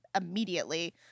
immediately